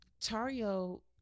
Tario